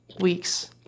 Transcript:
weeks